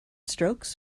strokes